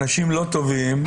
אנשים לא טובים,